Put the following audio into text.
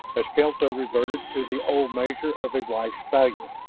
eskelta reverted to the old measure of a wife's value.